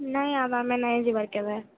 ନାଇଁ ଆବ୍ ଆମେ ନାଇଁ ଯିବାର୍ କେଭେ